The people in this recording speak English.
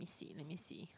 let me see let me see